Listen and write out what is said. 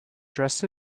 dressed